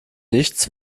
nichts